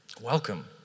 welcome